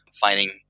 finding